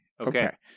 Okay